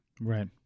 Right